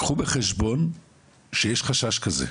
קחו בחשבון שיש חשש כזה,